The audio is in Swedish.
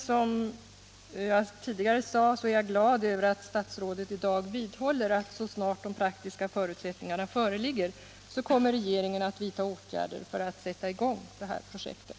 Som jag tidigare sade är jag glad över att statsrådet i dag vidhåller att regeringen — så snart de praktiska förutsättningarna föreligger — kommer att vidta åtgärder för att sätta i gång det här projektet.